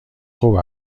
خوب